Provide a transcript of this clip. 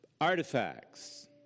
artifacts